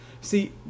See